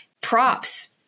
props